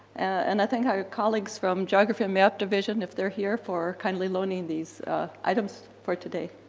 and i thank our colleagues from geography and map division, if they're here, for kindly loaning these items for today.